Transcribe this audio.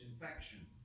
infection